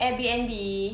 Airbnb